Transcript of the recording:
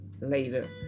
later